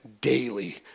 daily